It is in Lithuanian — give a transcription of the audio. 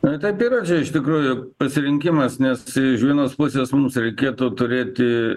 na taip yra iš tikrųjų pasirinkimas nes iš vienos pusės mums reikėtų turėti